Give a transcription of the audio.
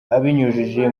abinyujije